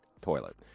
toilet